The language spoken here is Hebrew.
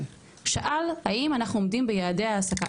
הוא שאל, האם אנחנו עומדים ביעדי העסקה.